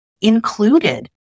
included